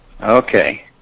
Okay